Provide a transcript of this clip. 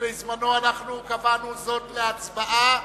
בזמננו קבענו זאת להצבעה,